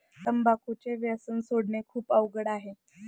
तंबाखूचे व्यसन सोडणे खूप अवघड आहे